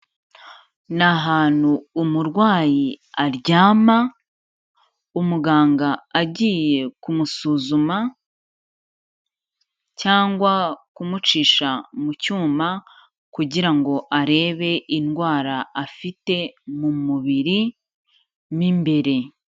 Ni ahantu umurwayi aryama, umuganga agiye kumusuzuma, cyangwa kumucisha mu cyuma, kugira ngo arebe indwara afite mu mubiri mo imbere.